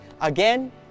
Again